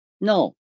no